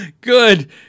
good